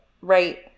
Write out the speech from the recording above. right